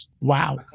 Wow